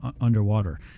underwater